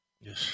Yes